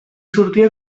sortia